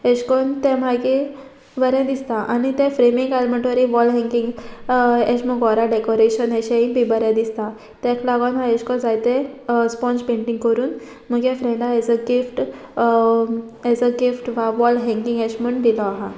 एशे कोन्न तें मागीर बरें दिसता आनी तें फ्रेमी घाल म्हणटोर वॉल हँगींग एश म्हाक व्होरां डेकोरेशन अशेंय बी बरें दिसता तेका लागोन हांव एशें कोन्न जायते स्पोंज पेंटींग करून म्हुगे फ्रेंडा as a gift as a gift वा वॉल हँगींग एश म्हूण दिलो आहा